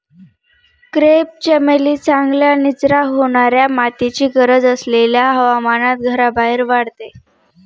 crepe चमेली चांगल्या निचरा होणाऱ्या मातीची गरज असलेल्या हवामानात घराबाहेर वाढते